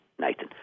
Nathan